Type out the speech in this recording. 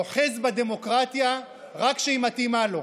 אוחז בדמוקרטיה רק כשהיא מתאימה לו.